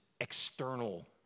external